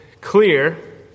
clear